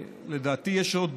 לדעתי יש עוד